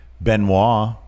Benoit